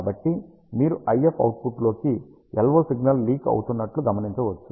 కాబట్టి మీరు IF అవుట్పుట్లోకి LO సిగ్నల్ లీక్ అవుతున్నట్లు గమనించవచ్చు